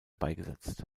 beigesetzt